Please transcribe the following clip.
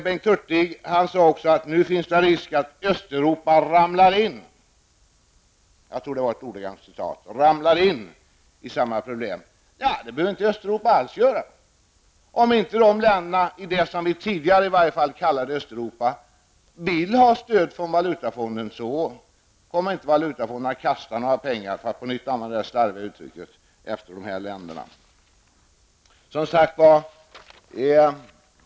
Bengt Hurtig sade också att det nu finns risk för att Östeuropa ramlar in, jag tror att det är ett ordagrannt citat, i samma problem. Det behöver inte Östeuropa alls göra. Om inte länder som vi åtminstone tidigare kallade Östeuropa vill ha stöd från Valutafonden, kommer inte Valutafonden att kasta några pengar efter dem, för att på nytt använda detta slarviga uttryck.